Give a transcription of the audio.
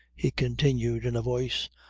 he continued in a voice,